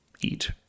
eat